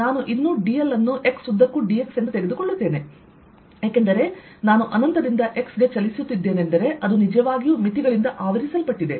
ನಾನು ಇನ್ನೂ dl ಅನ್ನು x ಉದ್ದಕ್ಕೂ dx ಎಂದು ತೆಗೆದುಕೊಳ್ಳುತ್ತೇನೆ ಏಕೆಂದರೆ ನಾನು ಅನಂತದಿಂದ x ಗೆ ಚಲಿಸುತ್ತಿದ್ದೇನೆಂದರೆ ಅದು ನಿಜವಾಗಿಯೂ ಮಿತಿಗಳಿಂದ ಆವರಿಸಲ್ಪಟ್ಟಿದೆ